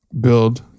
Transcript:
build